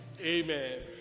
Amen